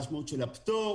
מה המשמעות של הפטור,